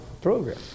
program